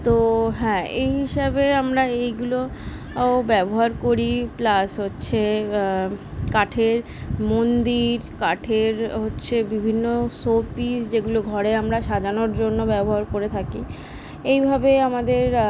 তো হ্যাঁ এই হিসাবে আমরা এইগুলো ও ব্যবহার করি প্লাস হচ্ছে কাঠের মন্দির কাঠের হচ্ছে বিভিন্ন শো পিস যেগুলো ঘরে আমরা সাজানোর জন্য ব্যবহার করে থাকি এইভাবে আমাদের